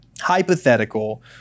hypothetical